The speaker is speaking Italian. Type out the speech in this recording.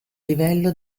livello